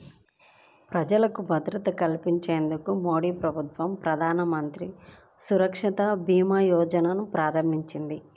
ప్రజలకు భద్రత కల్పించేందుకు మోదీప్రభుత్వం ప్రధానమంత్రి సురక్షభీమాయోజనను ప్రారంభించింది